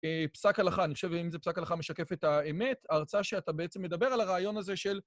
פסק הלכה, אני חושב אם זה פסק הלכה משקף את האמת, ההרצאה שאתה בעצם מדבר על הרעיון הזה של...